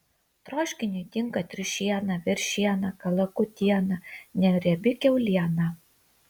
troškiniui tinka triušiena veršiena kalakutiena neriebi kiauliena